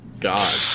God